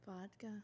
Vodka